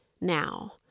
now